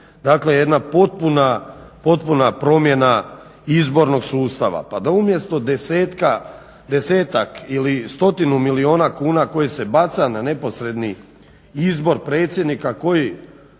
predloži jedna potpuna promjena izbornog sustava pa da umjesto desetak ili 100 milijuna kuna koji se baca na neposredni izbor predsjednika koji